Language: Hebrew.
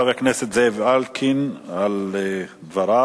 תודה לחבר הכנסת זאב אלקין על דבריו.